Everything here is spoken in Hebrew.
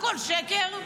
הכול שקר.